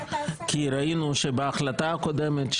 כי ראינו שבהחלטה הקודמת,